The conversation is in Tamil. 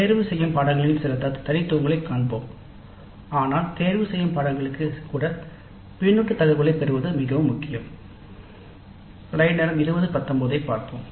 தேர்ந்தெடுக்கப்பட்ட பாடநெறிகளின் சில தனித்துவங்களை காண்போம் ஆனால் தேர்ந்தெடுக்கப்பட்ட பாடநெறிகளுக்கு கூட பின்னூட்ட தகவல்களைப் பெறுவது மிகவும் முக்கியம்